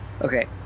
Okay